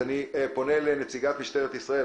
אני פונה לנציגת משטרת ישראל,